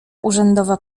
urzędowa